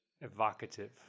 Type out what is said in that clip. evocative